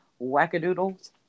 wackadoodles